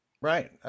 Right